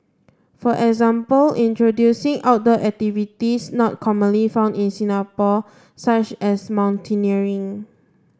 for example introducing outdoor activities not commonly found in Singapore such as mountaineering